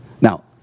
Now